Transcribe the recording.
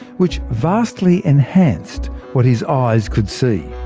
which vastly enhanced what his eyes could see.